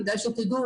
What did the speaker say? כדאי שתדעו,